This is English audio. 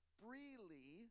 freely